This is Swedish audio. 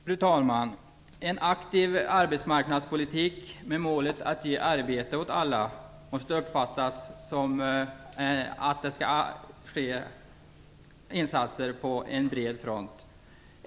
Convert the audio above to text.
Fru talman! En aktiv arbetsmarknadspolitik med målet att arbete skall ges åt alla måste uppfattas som att det skall ske insatser på en bred front.